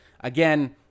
again